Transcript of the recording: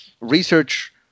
research